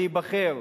להיבחר,